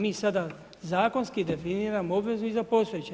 Mi sada zakonski definiramo obvezu i za postojeće.